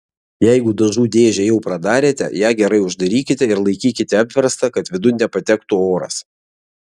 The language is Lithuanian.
jeigu dažų dėžę jau pradarėte ją gerai uždarykite ir laikykite apverstą kad vidun nepatektų oras